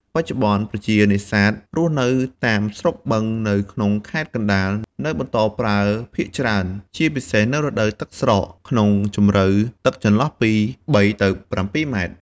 បច្ចុប្បន្ន ប្រជានេសាទរស់នៅតាមស្រុកបឹងនៅក្នុងខេត្តកណ្ដាល នៅបន្តប្រើភាគច្រើន ជាពិសេសនៅរដូវទឹកស្រក ក្នុងជម្រៅទឹកចន្លោះពី៣ ទៅ៧ម៉ែត្រ ។